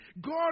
God